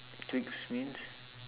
twigs means